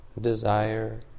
desire